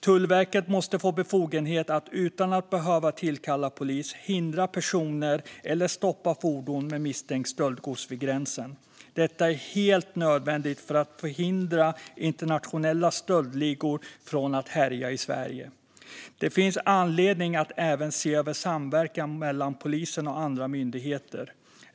Tullverket måste få befogenhet att utan att behöva tillkalla polis hindra personer eller stoppa fordon med misstänkt stöldgods vid gränsen. Detta är helt nödvändigt för att hindra internationella stöldligor från att härja i Sverige. Det finns anledning att även se över samverkan mellan polisen och andra myndigheter.